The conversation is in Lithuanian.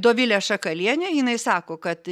dovilė šakalienė jinai sako kad